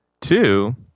Two